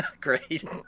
Great